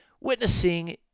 witnessing